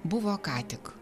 buvo ką tik